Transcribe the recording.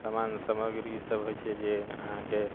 सामान सामग्री ई सभ होइत छै जे अहाँकेँ